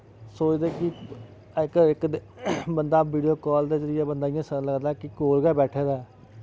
सोचदे कि इक ते बंदा वीडियो कॉल दे जरिये बंदा इ'यां लगदा कि कोल गै बैठे दा ऐ